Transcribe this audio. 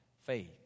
Faith